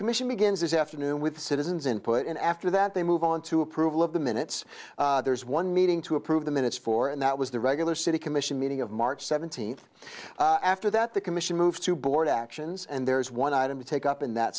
commission begins this afternoon with citizens input and after that they move on to approval of the minutes there's one meeting to approve the minutes for and that was the regular city commission meeting of march seventeenth after that the commission moved to board actions and there is one item to take up in that